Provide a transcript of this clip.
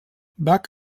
bach